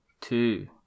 two